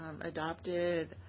adopted